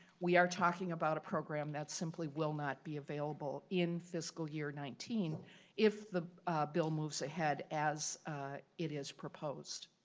we are talking about a program that simply will not be available in fiscal year nineteen if the bill moves ahead as it is proposed.